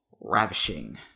Ravishing